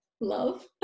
love